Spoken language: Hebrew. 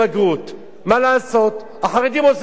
מה לעשות, החרדים עושים מבחני סאלד.